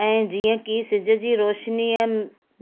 ऐं जीअं कि सिॼ जी रोशनीअ